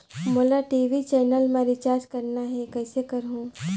मोला TV channel मा recharge करना हे, कइसे करहुँ?